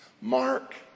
Mark